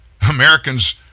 Americans